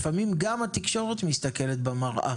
לפעמים גם התקשורת מסתכלת במראה.